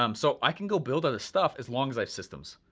um so i can go build other stuff, as long as i have systems.